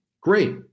great